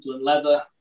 Leather